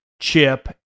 Chip